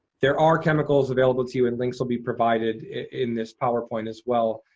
there are chemicals available to you, and links will be provided in this powerpoint, as well.